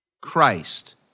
Christ